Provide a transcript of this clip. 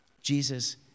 Jesus